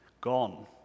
gone